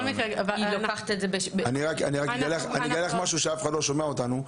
אני גלה לך משהו שאף אחד לא שומע אותנו,